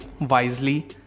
wisely